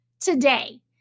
today